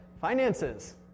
finances